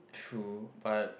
true but